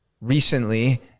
recently